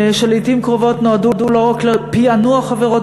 שלעתים קרובות נועדו לא רק לפענוח עבירות